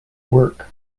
work